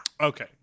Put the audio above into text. Okay